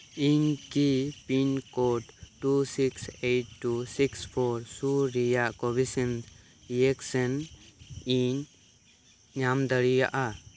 ᱤᱧ ᱠᱤ ᱯᱤᱱᱠᱳᱰ ᱵᱟᱨ ᱛᱩᱨᱩᱭ ᱤᱨᱟᱹᱞ ᱵᱟᱨ ᱛᱩᱨᱩᱭ ᱯᱳᱱ ᱥᱩᱨ ᱨᱮᱭᱟᱜ ᱠᱚᱵᱷᱤᱥᱮᱱ ᱤᱭᱮᱠᱥᱮᱱ ᱤᱧ ᱧᱟᱢ ᱫᱟᱲᱮᱭᱟᱜ ᱟ